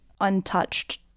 untouched